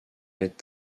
est